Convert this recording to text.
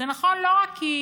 זה נכון לא רק כי